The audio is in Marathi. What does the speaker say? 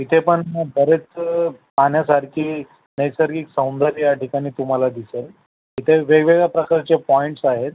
इथे पण बरेच पाहण्यासारखी नैसर्गिक सौंदर्य या ठिकाणी तुम्हाला दिसेल इथे वेगवेगळ्या प्रकारचे पॉईंट्स आहेत